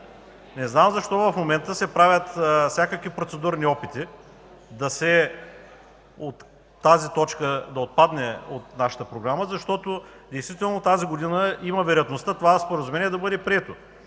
Не знам защо в момента се правят всякакви процедурни опити тази точка да отпадне от нашата програма, защото тази година има вероятност това Споразумение да бъде прието